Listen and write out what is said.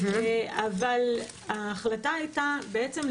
אבל ההחלטה הייתה לנסות.